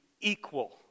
equal